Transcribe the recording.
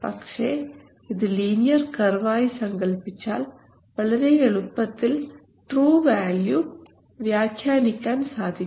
പക്ഷേ ഇത് linear curve ആയി സങ്കൽപ്പിച്ചാൽ വളരെ എളുപ്പത്തിൽ ട്രൂ വാല്യൂ വ്യാഖ്യാനിക്കാൻ സാധിക്കും